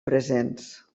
presents